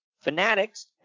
Fanatics